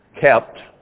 kept